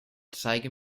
zeige